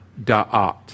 da'at